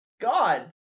God